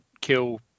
kill